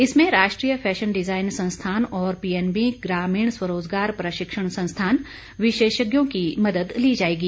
इसमें राष्ट्रीय fashion design संस्थान और पीएनबी ग्रामीण स्वरोजगार प्रशिक्षण संस्थान विशेषज्ञों की मदद ली जाएगी